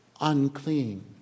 unclean